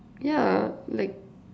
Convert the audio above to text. ya like